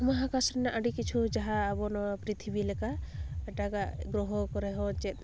ᱢᱚᱦᱟᱠᱟᱥ ᱨᱮᱱᱟᱜ ᱟᱹᱰᱤ ᱠᱤᱪᱷᱩ ᱡᱟᱦᱟᱸ ᱟᱵᱚ ᱱᱚᱣᱟ ᱯᱨᱤᱛᱷᱤᱵᱤ ᱞᱮᱠᱟ ᱮᱴᱟᱜᱟᱜ ᱜᱨᱚᱦᱚ ᱠᱚᱨᱮ ᱦᱚᱸ ᱪᱮᱫ